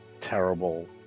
terrible